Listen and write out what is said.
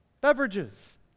Beverages